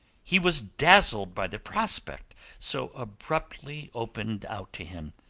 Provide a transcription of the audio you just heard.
he was dazzled by the prospect so abruptly opened out to him.